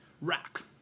Rock